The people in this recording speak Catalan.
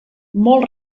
molt